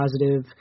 positive